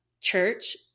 church